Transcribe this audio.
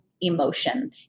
emotion